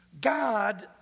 God